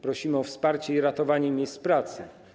Prosimy o wsparcie i ratowanie miejsc pracy.